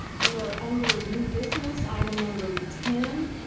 we are under new business. item number ten.